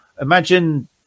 imagine